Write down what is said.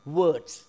words